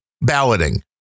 balloting